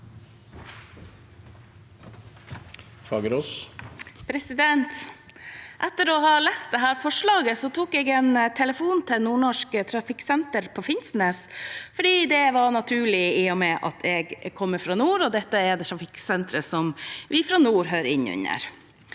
Fagerås (SV) Etter å ha lest dette forslaget, tok jeg en telefon til Nord-Norsk Trafikksenter på Finnsnes. Det var naturlig i og med at jeg kommer fra nord, og dette er trafikksenteret vi fra nord hører inn under.